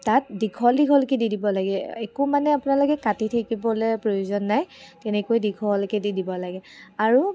তাত দীঘল দীঘলকৈ দি দিব লাগে একো মানে আপোনালোকে কাটি থাকিবলৈ প্ৰয়োজন নাই তেনেকৈ দীঘলকৈ দি দিব লাগে আৰু